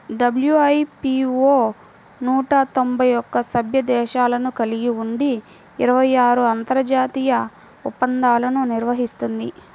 WIPO నూట తొంభై ఒక్క సభ్య దేశాలను కలిగి ఉండి ఇరవై ఆరు అంతర్జాతీయ ఒప్పందాలను నిర్వహిస్తుంది